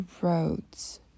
roads